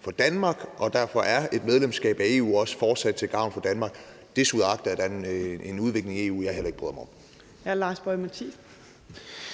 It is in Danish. for Danmark, og derfor er et medlemskab af EU også fortsat til gavn for Danmark, desuagtet at der er en udvikling i EU, som jeg heller ikke bryder mig om.